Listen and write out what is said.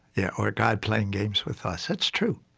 yeah or god playing games with us. that's true.